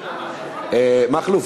מכלוף,